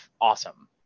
awesome